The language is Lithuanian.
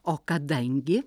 o kadangi